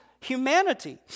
humanity